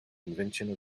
invention